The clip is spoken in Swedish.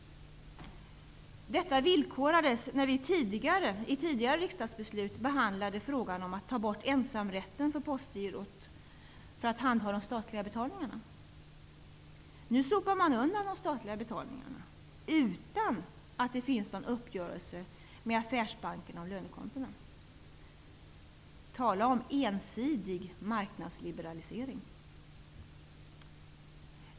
Detta villkorades när vi i tidigare riksdagsbeslut behandlade frågan om att ta bort ensamrätten för Postgirot att handha de statliga betalningarna. Nu sopar man undan de statliga betalningarna utan att någon uppgörelse finns med affärsbankerna om lönekontona. Tala om ensidig marknadsliberalisering!